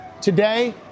Today